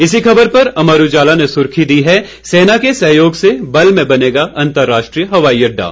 इसी खबर पर अमर उजाला ने सुर्खी दी है सेना के सहयोग से बल्ह में बनेगा अंतर्राष्ट्रीय हवाई अड्डा